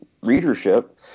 readership